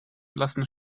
blassen